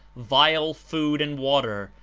vile food and water,